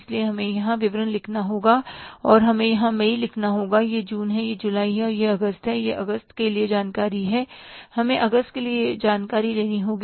इसलिए हमें यहाँ विवरण लिखना होगा और हमें यहाँ मई लिखना होगा यह जून है यह जुलाई है और यह अगस्त है यह अगस्त के लिए जानकारी है हमें अगस्त के लिए यह जानकारी लेनी होगी